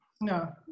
No